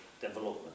development